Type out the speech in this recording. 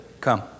Come